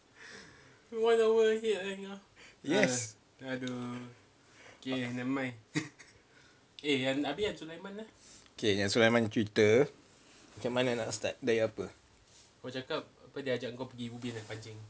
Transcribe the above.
yes okay so apa yang sulaiman Twitter macam mana nak start